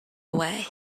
away